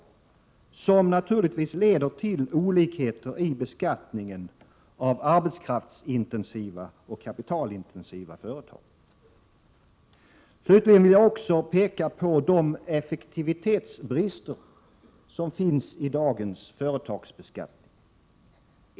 Det leder naturligtvis till olikheter i beskattning av arbetskraftsintensiva och kapitalintensiva företag. Slutligen vill jag också peka på de effektivitetsbrister som finns i dagens företagsbeskattning.